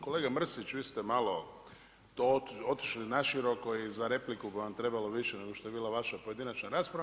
Kolega Mrsić, vi ste malo otišli na široko i za repliku bi vam trebalo više nego što je bila vaša pojedinačna rasprava.